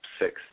six